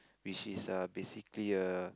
which is err basically a